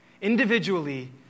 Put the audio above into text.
individually